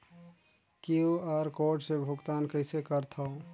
QR code से भुगतान कइसे करथव?